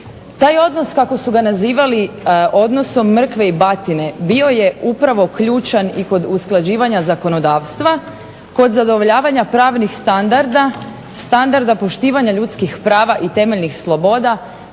Taj odnos kako su ga nazivali odnosom mrkve i batine, bio je upravo ključan i kod usklađivanja zakonodavstva, kod zadovoljavanja pravnih standarda, standarda poštivanja ljudskih prava i temeljnih sloboda,